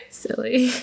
silly